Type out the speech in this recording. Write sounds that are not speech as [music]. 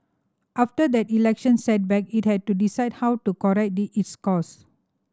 after that election setback it had to decide how to correct [unintelligible] its course